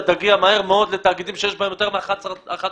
אתה תגיע מהר מאוד לתאגידים שיש בהם 11 רשויות,